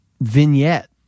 vignette